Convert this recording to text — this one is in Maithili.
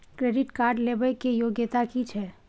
क्रेडिट कार्ड लेबै के योग्यता कि छै?